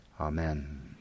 Amen